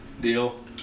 deal